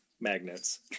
Magnets